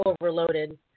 overloaded